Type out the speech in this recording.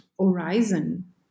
horizon